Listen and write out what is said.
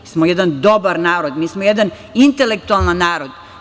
Mi smo jedan dobar narod, mi smo jedan intelektualan narod.